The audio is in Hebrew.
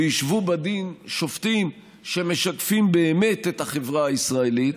וישבו בדין שופטים שמשקפים באמת את החברה הישראלית,